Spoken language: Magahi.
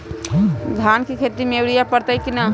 धान के खेती में यूरिया परतइ कि न?